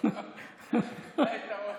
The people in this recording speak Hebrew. זה היתרון